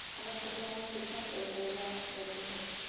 हमर खतवा मे कितना रूपयवा बचल हई?